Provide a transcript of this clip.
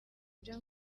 byo